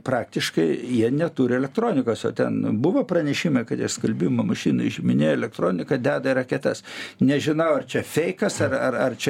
praktiškai jie neturi elektronikos o ten buvo pranešime kad jie skalbimo mašinai išiminėja elektroniką deda į raketas nežinau ar čia feikas ar ar ar čia